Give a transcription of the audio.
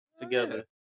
Together